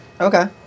Okay